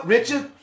Richard